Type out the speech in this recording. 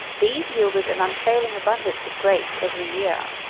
these yielded an unfailing abundance of grapes every year,